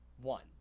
One